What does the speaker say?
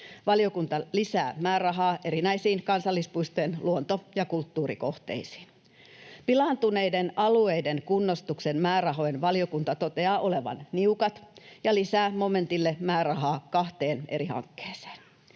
Valiokunta lisää määrärahaa erinäisiin kansallispuistojen luonto- ja kulttuurikohteisiin. Pilaantuneiden alueiden kunnostuksen määrärahojen valiokunta toteaa olevan niukat, ja se lisää momentille määrärahaa kahteen eri hankkeeseen.